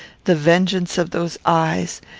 the vengeance of those eyes,